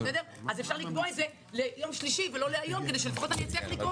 אז אפשר לקבוע את הדיון ליום שלישי ולא להיום כדי שלפחות אצליח לקרוא.